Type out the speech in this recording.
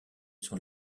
sont